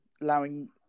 allowing